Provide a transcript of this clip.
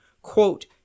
quote